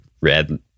red